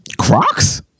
Crocs